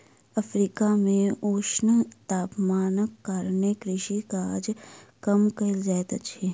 Africa मे ऊष्ण तापमानक कारणेँ कृषि काज कम कयल जाइत अछि